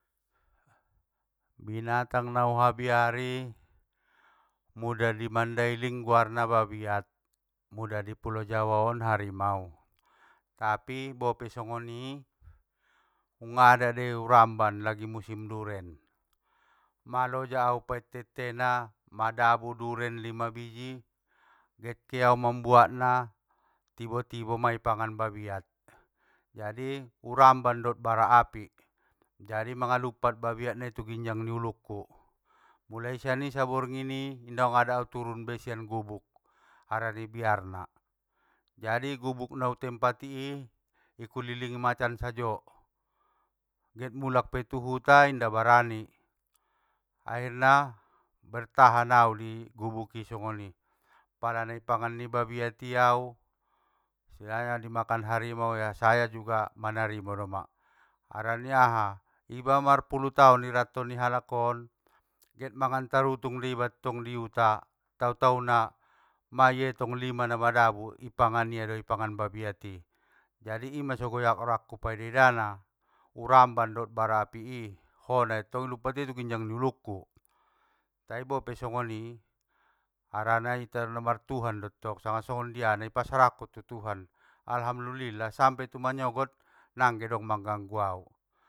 Binatang na huabiari mula i mandailing guarna babiat, mula i pulo jawaon harimau. tapi bope songoni, ungada dei uramban lagi musim duren, maloja au paitte ittena, madabu duren lima biji, get keau mambuatna tibo tibo mang i pangan babiat, jadi uramban dot bara api, jadi mangaluppat babiat nai tu ginjang ni uluk ku, mulai sian i saborngini, dang gungada au turun be sian gubuk, harani biarna. Jadi gubuk nau tempati i, i kulilingi macan sajo, get mulak pe tu huta inda barani, akhirna bartahan au digubuki songoni, pala nai pangan ni babiat i au, istilahna dimakan harimu ya saya juga manarimo doma, harani aha! Iba marpulu taon i ranto ni alakon get mangan tarutung diba tong i huta, tau tauna! Ma ietong lima na madabu ipangan ia do ipangan babiati, jadi ima so goyak rakku paida ida na, uramban dot bara api i, hona tolluk i lumpat ia i ginjang ni uluku, tai bope songoni? Harana ita na martuhan dottong sanga songondiana i pasarahkon tu tuhan, alhamdulillah sampe manyogot, dangge adong mangganggu au.